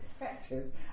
effective